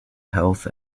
health